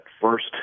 first